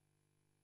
בילסקי,